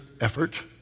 effort